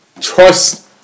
Trust